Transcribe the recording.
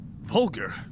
Vulgar